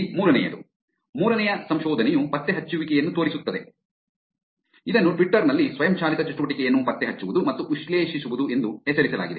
ಇಲ್ಲಿ ಮೂರನೆಯದು ಮೂರನೇ ಸಂಶೋಧನೆಯು ಪತ್ತೆಹಚ್ಚುವಿಕೆಯನ್ನು ತೋರಿಸುತ್ತದೆ ಇದನ್ನು ಟ್ವಿಟ್ಟರ್ ನಲ್ಲಿ ಸ್ವಯಂಚಾಲಿತ ಚಟುವಟಿಕೆಯನ್ನು ಪತ್ತೆಹಚ್ಚುವುದು ಮತ್ತು ವಿಶ್ಲೇಷಿಸುವುದು ಎಂದು ಹೆಸರಿಸಲಾಗಿದೆ